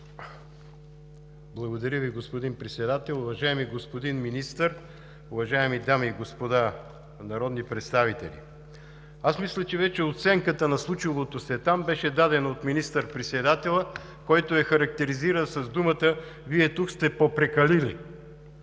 Благодаря Ви, господин Председател. Уважаеми господин Министър, уважаеми дами и господа народни представители! Аз мисля, че вече оценката на случилото се там беше дадена от министър-председателя, който я характеризира с думите: „Вие тук сте попрекалили“.